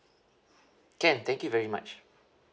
can thank you very much